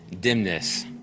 dimness